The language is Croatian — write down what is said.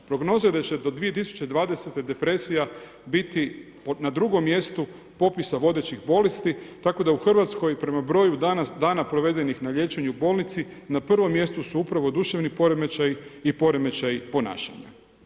Prognoza je da će do 2020. depresija biti na 2. mjestu popisa vodećih bolesti tako da u Hrvatskoj prema broju dana provedenih na liječenju u bolnici, na 1. mjestu su upravo duševni poremećaji i poremećaji ponašanja.